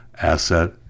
asset